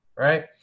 Right